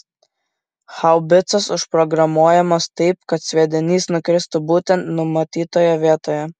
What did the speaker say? haubicos užprogramuojamos taip kad sviedinys nukristų būtent numatytoje vietoje